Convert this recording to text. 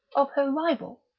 of her rival?